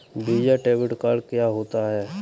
Visa debit card क्या होता है?